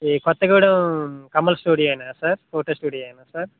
ఈ కొత్తగూడెం కమల్ స్టూడియో ఆయన sir photo studio ఆయన సార్